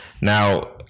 Now